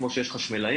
כמו שיש חשמלאים,